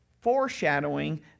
foreshadowing